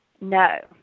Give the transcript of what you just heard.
No